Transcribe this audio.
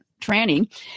tranny